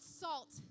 salt